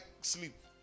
sleep